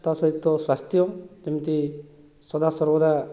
ତା ସହିତ ସ୍ୱାସ୍ଥ୍ୟ କେମତି ସଦାସର୍ବଦା